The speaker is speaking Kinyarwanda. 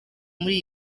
muri